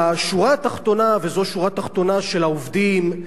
השורה התחתונה, וזאת שורה תחתונה של העובדים,